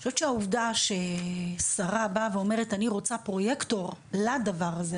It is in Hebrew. אני חושבת שהעובדה ששרה באה ואומרת אני רוצה פרוייקטור לדבר הזה,